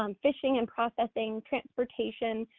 um fishing and processing, transportation,